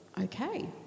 okay